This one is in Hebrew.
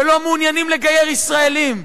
שלא מעוניינים לגייר ישראלים,